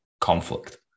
conflict